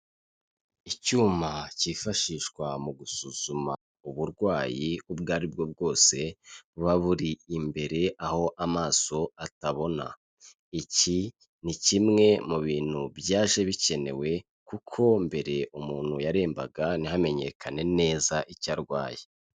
Icyuma cyifashishwa mu gusuzuma uburwayi ubwo ari bwo bwose, buba buri imbere aho amaso atabona. Iki ni kimwe mu bintu byaje bikenewe kuko mbere umuntu yarembaga, ntihamenyekane neza icyo arwaye.